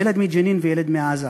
ילד מג'נין וילד מעזה,